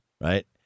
right